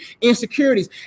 insecurities